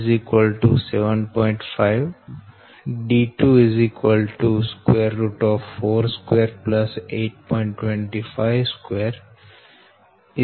5 m d2 42 8